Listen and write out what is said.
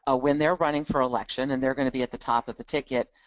ah when they're running for election, and they're going to be at the top of the ticket,